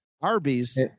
arby's